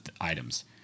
items